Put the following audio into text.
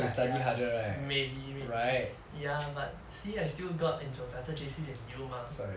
but ya maybe maybe ya but see I still got into a better J_C than you mah